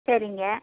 சரிங்க